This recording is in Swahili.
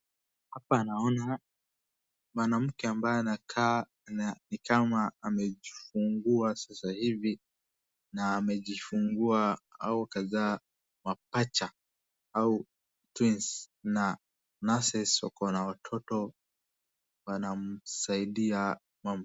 Hapa naona mwanamke ambaye anaka ni kama amejifungua sasa hivi na amejifungua au akazaa mapacha au twins na nurses wako na watoto wanamsaidia mama.